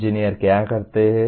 engineer क्या करते हैं